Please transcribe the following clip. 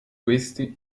questi